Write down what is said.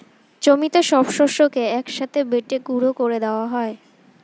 জমিতে সব শস্যকে এক সাথে বেটে গুঁড়ো করে দেওয়া হয়